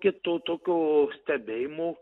kito tokio stebėjimo